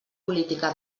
política